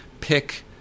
pick